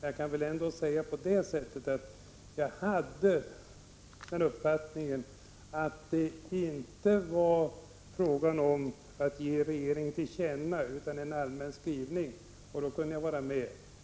Jag skall inte tala om varför, men jag hade den uppfattningen att det inte var fråga om att ge regeringen till känna ett visst uttalande utan var fråga om en allmän skrivning, och då kunde jag vara med.